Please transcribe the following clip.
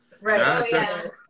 Right